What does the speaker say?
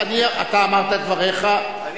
אתה אמרת את דבריך, אני